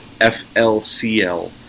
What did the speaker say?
F-L-C-L